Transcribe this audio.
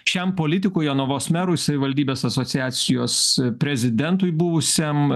šiam politikui jonavos merui savivaldybės asociacijos prezidentui buvusiam